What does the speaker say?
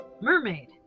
Mermaid